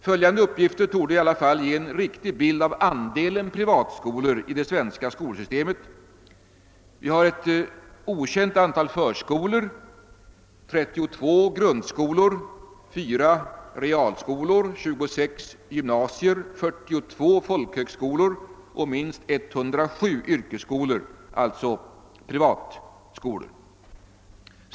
Följande uppgifter torde i alla fall ge en riktig bild av andelen privatskolor i det svenska skolsystemet. Det finns ett okänt antal förskolor, 32 grundskolor, 4 realskolor, 26 gymnasier, 42 folkhögskolor och minst 107 yrkesskolor.